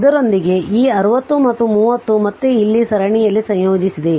ಇದರೊಂದಿಗೆ ಈ 60 ಮತ್ತು 30 ಮತ್ತೆ ಇಲ್ಲಿ ಸರಣಿಯಲ್ಲಿ ಸಂಯೋಜಿಸಿದೆ